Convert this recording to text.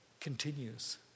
continues